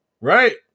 Right